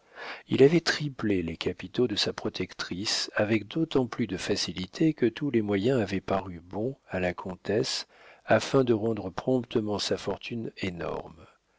il avait triplé les capitaux de sa protectrice avec d'autant plus de facilité que tous les moyens avaient paru bons à la comtesse afin de rendre promptement sa fortune énorme